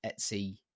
Etsy